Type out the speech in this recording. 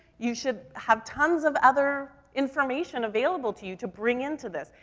you should have tons of other information available to you to bring into this.